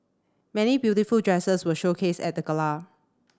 many beautiful dresses were showcased at the gala